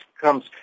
comes